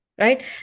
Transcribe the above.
right